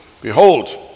behold